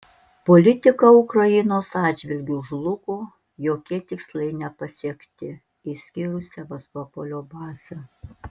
politika ukrainos atžvilgiu žlugo jokie tikslai nepasiekti išskyrus sevastopolio bazę